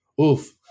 Oof